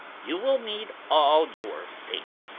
you will need all your faith,